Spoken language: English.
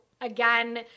again